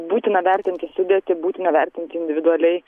būtina vertinti sudėtį būtina vertinti individualiai